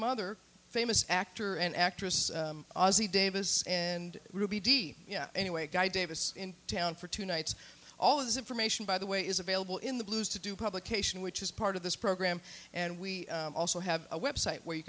mother famous actor and actress ozzy davis and ruby dee anyway guy davis in town for tonight's all of this information by the way is available in the blues to do publication which is part of this program and we i also have a website where you